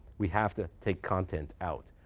we have to take content out.